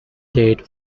date